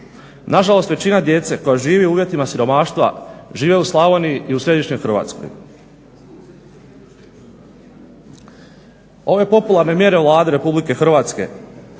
Nažalost, većina djece koja živi u uvjetima siromaštva žive u Slavoniji i u središnjoj Hrvatskoj. Ove popularne mjere Vlade Republike Hrvatske